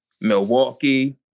Milwaukee